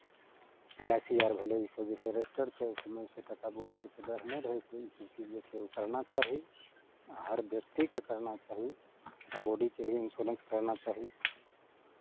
L I C आर भेलै इसभ जे छै रजिस्टर छै एहि सभमे सँ टाका बुरयके डर नहि रहै छै इसभ चीज जे छै ओ करना चाही हर व्यक्तिकेँ करना चाही आ बॉडीके भी इन्श्योरेन्स करना चाही